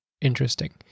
interesting